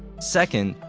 second,